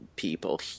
people